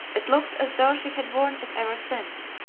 it looked as though she had worn it ever since.